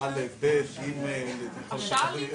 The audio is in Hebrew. ביעדים של אנרגיה מתחדשת מ-1,001 סיבות.